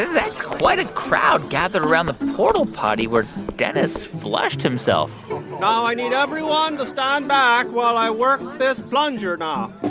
that's quite a crowd gathered around the portal potty where dennis flushed himself now, i need everyone to stand back while i work this plunger now